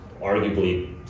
arguably